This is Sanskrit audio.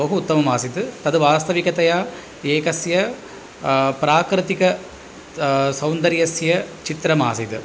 बहु उत्तमम् आसित् तत् वास्तविकतया एकस्य प्राकृतिक सौन्दर्यस्य चित्रमासीद्